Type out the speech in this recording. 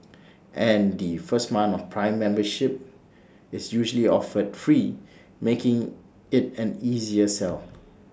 and the first month of prime membership is usually offered free making IT an easier sell